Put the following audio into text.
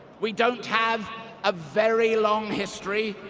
we don't have a very long history,